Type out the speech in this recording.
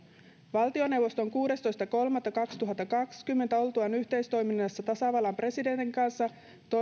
valtioneuvosto on kuudestoista kolmatta kaksituhattakaksikymmentä oltuaan yhteistoiminnassa tasavallan presidentin kanssa